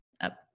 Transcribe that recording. up